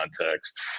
context